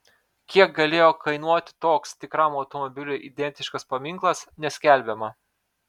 kiek galėjo kainuoti toks tikram automobiliui identiškas paminklas neskelbiama